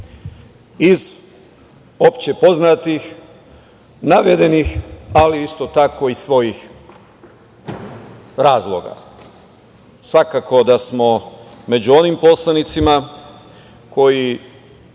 opšte poznatih navedenih, ali isto tako i svojih razloga svakako da smo među onim poslanicima koji